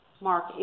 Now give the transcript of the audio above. Mark